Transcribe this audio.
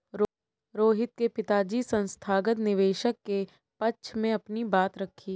रोहित के पिताजी संस्थागत निवेशक के पक्ष में अपनी बात रखी